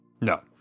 No